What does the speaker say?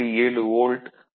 7 volt 0